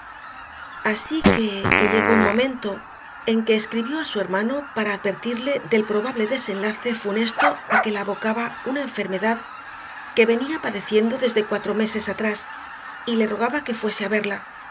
así que llegó un momento en que escribió a su hermano para advertirle del probable desenlace funesto a que la abocaba una enfermedad que venía padeciendo desde cuatro meses atrás y le rogaba que fuese a verla